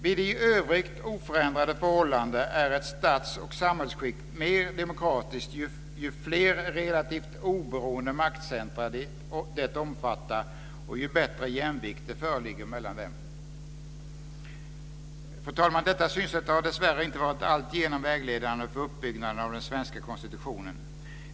Vid i övrigt oförändrade förhållanden är ett stats och samhällsskick mer demokratiskt ju fler relativt oberoende maktcentrum det omfattar och ju bättre jämvikt som föreligger mellan dem. Fru talman! Detta synsätt har dessvärre inte varit alltigenom vägledande för uppbyggnaden av den svenska konstitutionen.